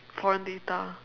foreign data